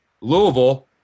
Louisville